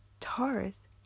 Taurus